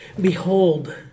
Behold